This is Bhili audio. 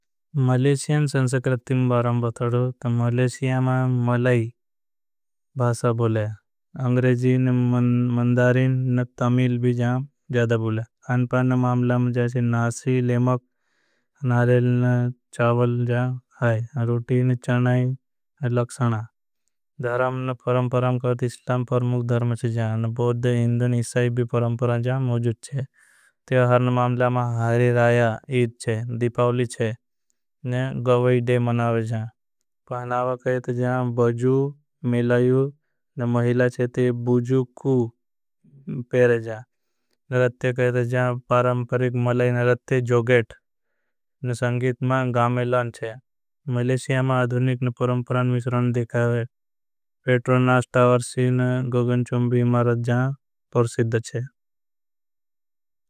मलेशियान संसक्रत्तिम बरंब थड़ो मां मलाई भासा बुले न। मन्धारिन न तमिल भी जान जादा बुले। मामला में जासे नासी लेमक नारेल न चावल जान है। न चनाई न लक्षणा न परमपरम करती इस्लाम परमुख धर्म। च जान हिंदु न इसाईबी परमपरम जान मौजूट च है न। मामला मां हारे राया इर्चे दिपावली च है गवाई डे मनावे। जान कहत जान बजू मेलायू न महिला चेते बूजू। कू पेरे जान कहत जान परमपरिक मले न रत्य जोगेट। संगीत मां गामेलान च है मां अधुनिक न परमपरान मिश्रण। दिखावें टावर्सी न गोगन चुंबी मारत जान पर सिद्ध छे।